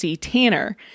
Tanner